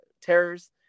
terrors